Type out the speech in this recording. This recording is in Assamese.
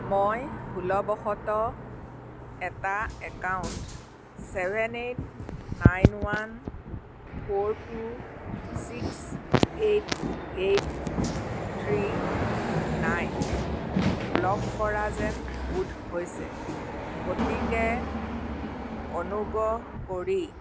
মই ভুলবশতঃ এটা account seven eight nine one four two six eight eight three nine block কৰা যেন বোধ হৈছে গতিকে অনুগ্ৰহ কৰি